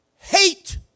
hate